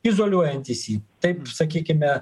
izoliuojantis jį taip sakykime